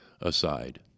aside